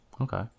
Okay